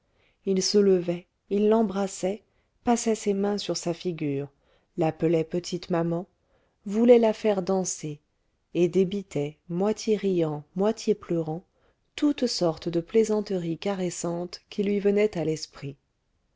il se levait il l'embrassait passait ses mains sur sa figure l'appelait petite maman voulait la faire danser et débitait moitié riant moitié pleurant toutes sortes de plaisanteries caressantes qui lui venaient à l'esprit